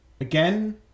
Again